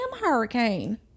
hurricane